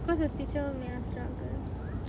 because the teacher make us struggle